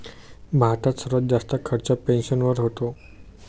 भारतात सर्वात जास्त खर्च पेन्शनवर होतो